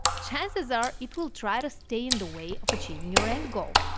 chances are it will try to stay in the way of achieving your end goal,